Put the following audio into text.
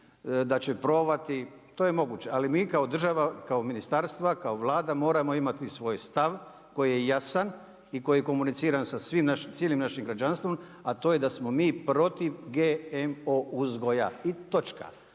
da će probati, to je moguće, ali mi kao država, kao ministarstva, kao Vlada moramo imati svoj stav, koji je jasan i koji je komuniciran sa cijelim našim građanstvo, a to je da smo mi protiv GMO uzgoja i točka.